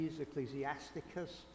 Ecclesiasticus